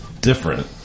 different